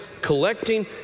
collecting